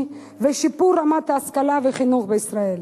ובשיפור רמת ההשכלה והחינוך בישראל.